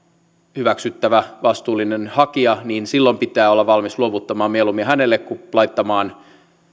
hyväksyttävä vastuullinen hakija olla valmis luovuttamaan mieluummin hänelle kuin laittamaan